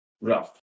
Rough